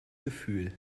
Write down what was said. gefühl